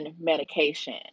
medication